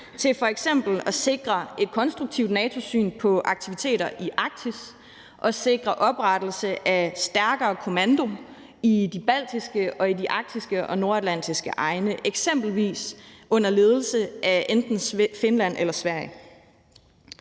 til f.eks. at sikre et konstruktivt NATO-syn på aktiviteter i Arktis og sikre oprettelse af stærkere kommando i de baltiske, arktiske og nordatlantiske egne, eksempelvis under ledelse af enten Finland eller Sverige.